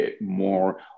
more